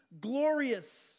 glorious